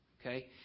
Okay